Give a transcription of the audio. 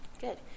good